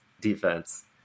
defense